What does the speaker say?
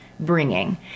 Bringing